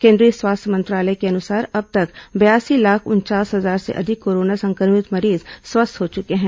केंद्रीय स्वास्थ्य मंत्रालय के अनुसार अब तक बयासी लाख उनचास हजार से अधिक कोरोना संक्रमित मरीज स्वस्थ हो चुके हैं